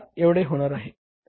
आता निश्चित खर्च किती आहे